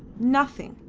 nothing!